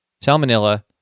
salmonella